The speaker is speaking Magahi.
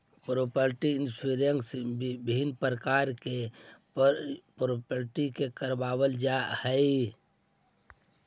प्रॉपर्टी इंश्योरेंस विभिन्न प्रकार के प्रॉपर्टी के करवावल जाऽ हई